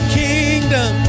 kingdom